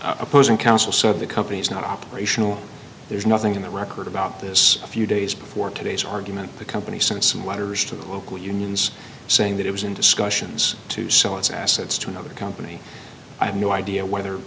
opposing counsel said the company's not operational there's nothing in the record about this a few days before today's argument the company sent some letters to the local unions saying that it was in discussions to sell its assets to another company i have no idea whether